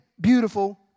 beautiful